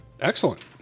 Excellent